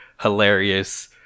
hilarious